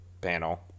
panel